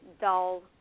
dull